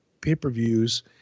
pay-per-views